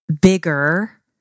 bigger